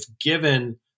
given